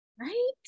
Right